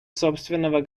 собственного